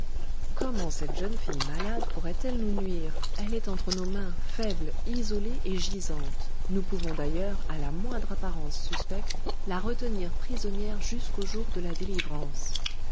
comment cette jeune fille malade pourrait-elle nous nuire elle est entre nos mains faible isolée et gisante nous pouvons d'ailleurs à la moindre apparence suspecte la retenir prisonnière jusqu'au jour de la délivrance